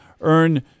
earn